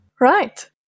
Right